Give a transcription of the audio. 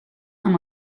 amb